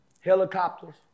Helicopters